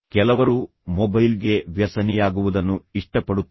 ಕೆಲವರು ಮೊಬೈಲ್ಗೆ ವ್ಯಸನಿಯಾಗುವುದನ್ನು ಇಷ್ಟಪಡುತ್ತಾರೆ